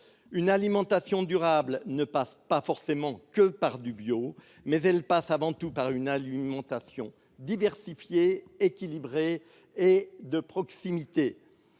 Une alimentation durable ne passe pas uniquement par du bio, mais avant tout par une alimentation diversifiée, équilibrée et de proximité.